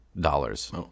dollars